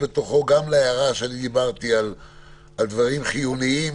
שם גם להערה שאני אמרתי לגבי דברים חיוניים.